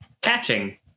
catching